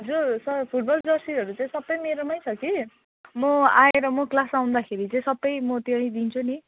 हजुर sir football जर्सीहरू चाहिँ सबै मेरोमै छ कि म आएर म क्लास आउँदाखेरि चाहिँ सबै म त्यहीँ दिन्छु नि